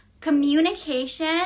communication